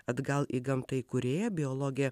atgal į gamtą įkūrėja biologė